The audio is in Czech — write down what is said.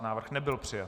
Návrh nebyl přijat.